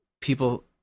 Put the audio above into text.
people